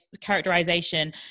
characterization